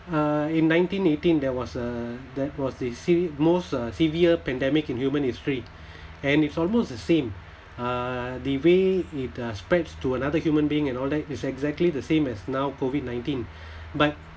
uh in nineteen eighteen there was uh that was the see~ most severe pandemic in human history and it's almost the same uh the way it spreads to another human being and all that is exactly the same as now COVID nineteen but